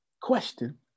question